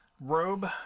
robe